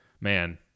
man